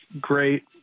great